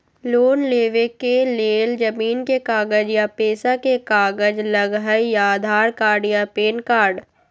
Loan लेवेके लेल जमीन के कागज या पेशा के कागज लगहई या आधार कार्ड या पेन कार्ड?